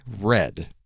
Red